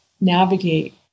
navigate